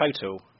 total